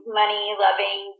money-loving